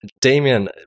Damien